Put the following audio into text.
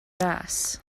ras